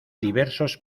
diversos